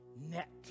net